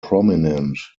prominent